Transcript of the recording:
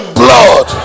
blood